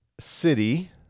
city